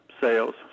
sales